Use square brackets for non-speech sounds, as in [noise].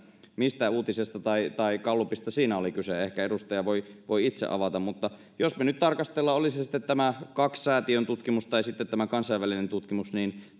mistä uutisesta tai tai gallupista siinä oli kyse ehkä edustaja voi voi itse avata mutta jos me nyt tarkastelemme tätä oli se se sitten tämä kaks säätiön tutkimus tai sitten tämä kansainvälinen tutkimus niin [unintelligible]